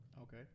Okay